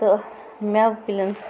تہٕ مٮ۪وٕ کُلٮ۪ن